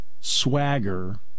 swagger